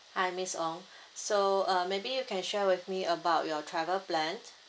hi miss ong so uh maybe you can share with me about your travel plan